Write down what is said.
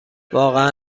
واقعا